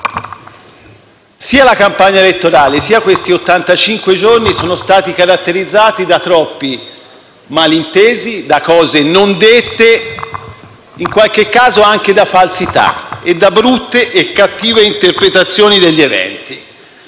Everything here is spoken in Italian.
Sia la campagna elettorale, sia questi ottantacinque giorni sono stati caratterizzati da troppi malintesi, da cose non dette, in qualche caso anche da falsità e da brutte e cattive interpretazioni degli eventi.